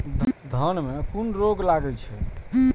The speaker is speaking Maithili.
धान में कुन रोग लागे छै?